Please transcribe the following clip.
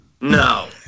No